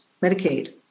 Medicaid